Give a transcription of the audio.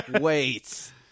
Wait